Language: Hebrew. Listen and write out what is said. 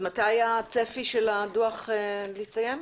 מתי הצפי של הדוח להסתיים?